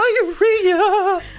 diarrhea